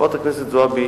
חברת הכנסת זועבי,